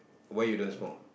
why you don't smoke